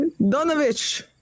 Donovich